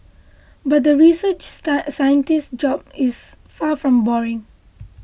but the research scientist's job is far from boring